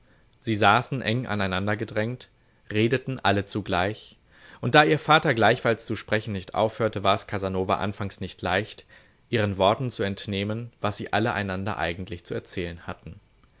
sie saßen eng aneinandergedrängt redeten alle zugleich und da ihr vater gleichfalls zu sprechen nicht aufhörte war es casanova anfangs nicht leicht ihren worten zu entnehmen was sie alle einander eigentlich zu erzählen hatten